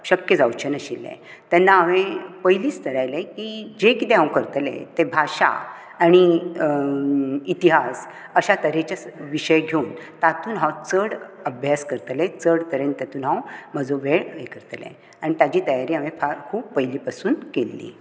शक्य जावचें नाशिल्लें तेन्ना हांवे पयलींच थारायल्ले की जे कितें हांव करतले ते भाशा आनी इतिहास अश्या तरेचे विशय घेवन तातूंत हांव चड अभ्यास करतलें चड तरेन तातूंत हांव म्हजो वेळ हे करतलें आनी ताची तयारी हांवे फार खूब पयली पसून केल्ली